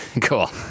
Cool